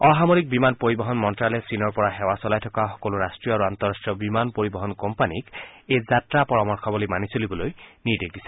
অসামৰিক বিমান পৰিবহণ মন্তালয়ে চীনৰ পৰা সেৱা চলাই থকা সকলো ৰাষ্ট্ৰীয় আৰু আন্তঃৰট্টীয় বিমান পৰিবহণ কোম্পানীলৈ এই যাত্ৰা পৰামৰ্শাৱলী মানি চলিবলৈ নিৰ্দেশ দিছে